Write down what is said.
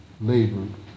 labor